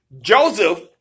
Joseph